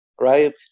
right